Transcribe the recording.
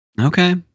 Okay